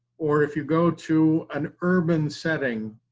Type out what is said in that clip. or if you go to an urban setting